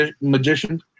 magician